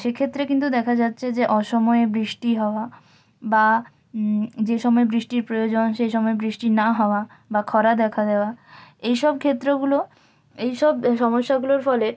সেক্ষেত্রে কিন্তু দেখা যাচ্ছে যে অসময়ে বৃষ্টি হওয়া বা যে সময় বৃষ্টির প্রয়োজন সেই সময় বৃষ্টি না হওয়া বা খরা দেখা দেওয়া এই সব ক্ষেত্রগুলো এই সব সমস্যাগুলোর ফলে